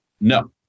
No